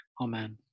Amen